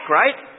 right